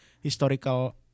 historical